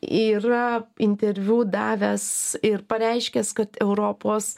yra interviu davęs ir pareiškęs kad europos